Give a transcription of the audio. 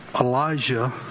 Elijah